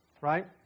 Right